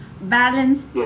balance